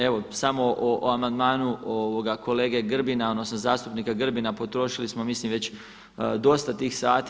Evo samo o amandmanu kolege Grbina, odnosno zastupnika Grbina, potrošili smo mislim već dosta tih sati.